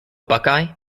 buckeye